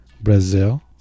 Brazil